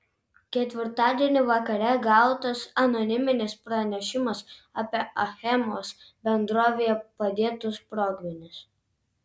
ketvirtadienį vakare gautas anoniminis pranešimas apie achemos bendrovėje padėtus sprogmenis